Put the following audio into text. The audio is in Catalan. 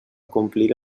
complir